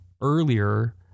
earlier